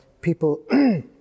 people